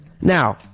Now